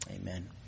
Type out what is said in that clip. Amen